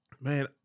man